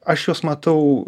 aš juos matau